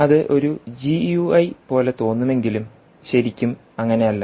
അത് ഒരു G U I പോലെ തോന്നുമെങ്കിലും ശരിക്കും അങ്ങനെയല്ല